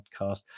podcast